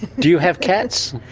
do you have cats?